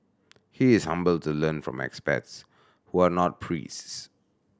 he is humble to learn from experts who are not priests